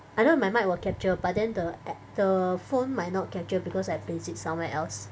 I don't know if my mic will capture but then the app the phone might not capture because I placed it somewhere else